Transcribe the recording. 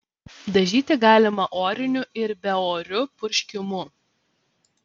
dažyti galima oriniu ir beoriu purškimu